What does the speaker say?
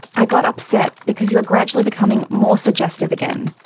i got upset because you are gradually becoming more suggestive again.